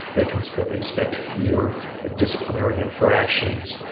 they can expect fewer ah disciplinary infractions.